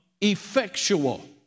effectual